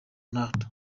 ronaldo